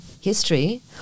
history